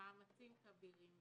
מאמצים כבירים.